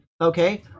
Okay